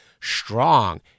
strong